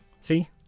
See